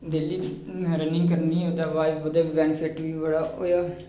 daily running करनी ओहदे बाद ओहदा बेनीफिट बी बड़ा होआ